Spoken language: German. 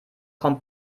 kommt